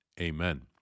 Amen